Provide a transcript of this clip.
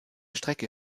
strecke